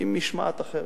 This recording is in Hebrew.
עם משמעת אחרת.